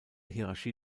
hierarchie